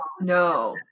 no